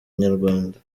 inyarwanda